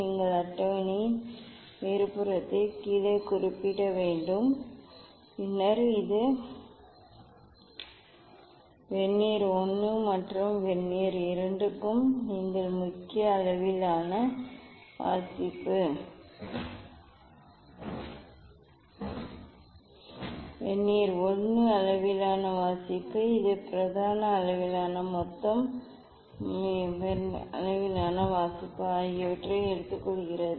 நீங்கள் அட்டவணையின் மேற்புறத்தில் கீழே குறிப்பிட வேண்டும் பின்னர் இது வெர்னியர் I மற்றும் வெர்னியர் II க்கு நீங்கள் முக்கிய அளவிலான வாசிப்பு வெர்னியர் அளவிலான வாசிப்பு இந்த பிரதான அளவிலான மொத்தம் மற்றும் வெர்னியர் அளவிலான வாசிப்பு ஆகியவற்றை எடுத்துக்கொள்கிறீர்கள்